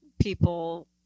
people